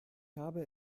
habe